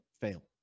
fail